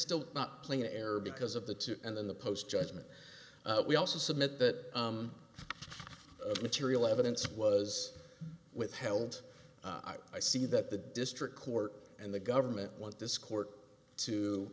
still not playing air because of the two and then the post judgment we also submit that material evidence was withheld i see that the district court and the government want this court to